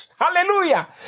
Hallelujah